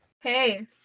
Hey